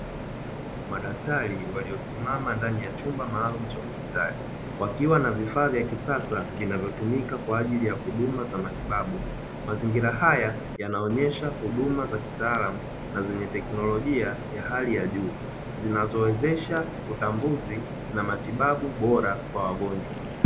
Madaktari waliosimama ndani ya chumba maalumu cha hospitali, wakiwa na vifaa vya kisasa vinavyotumika kwa ajili ya huduma za matibabu. mazingira haya yanaonyesha huduma za kitaalamu na zenye teknolojia ya hali ya juu, zinazowezesha utambuzi na matibabu bora kwa wagonjwa.